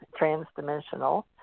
transdimensional